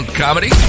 comedy